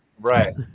Right